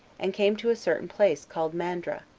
and came to a certain place called mandra,